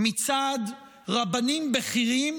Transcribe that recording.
מצד רבנים בכירים,